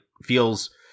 feels